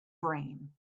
brain